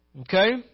Okay